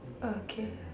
okay